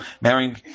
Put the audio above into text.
marrying